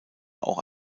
auch